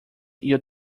your